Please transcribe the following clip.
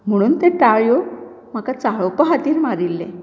म्हुणून ते ताळयो म्हाका चाळोवपा खातीर मारिल्ले